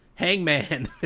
Hangman